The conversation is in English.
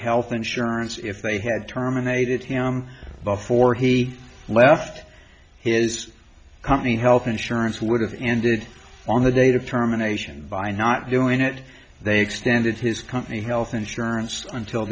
health insurance if they had terminated him before he left his company health insurance would have ended on the date of terminations by not doing it they extended his company's health insurance until